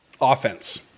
offense